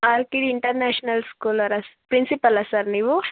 R K international school ಅವ್ರಾ ಪ್ರಿನ್ಸಿಪಾಲಾ sir ನೀವು